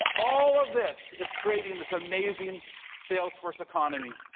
all of this is creating this amazing salesforce economy,